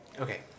okay